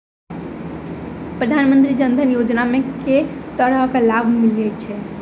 प्रधानमंत्री जनधन योजना मे केँ तरहक लाभ मिलय छै?